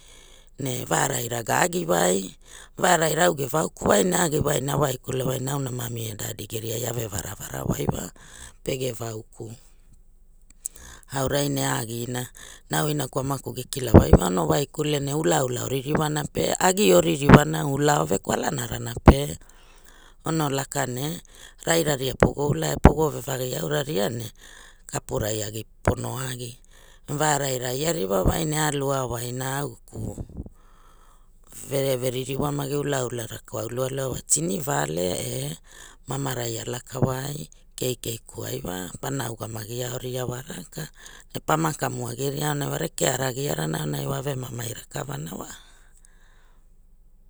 Ne varaira ga agiwai varaira au ge vauku wai ne a agiwai ne a waikule waina aona mami e dadi geri ai ave varavara wai wa pege vauku aurai ne aagina na au inaku amaku ge kila wai wa ono laukule ne ulaula o ririwana pe agi o ririwana ula ove kwalana pe ono laka ne raira ria pogo ula e pogo vevagi aura ria ne kapurai agi pono agi vraira ai a ririwa wai ne a alu wai na au geku verere ririwa maki ulaula raka au lualua wa tini vale e mamarai a laka wai keikei kuai wa pana ugamagi auria wa raka ne pana kamu agi ria aonai rekeara ave gia rana a ve mamai rakavana wa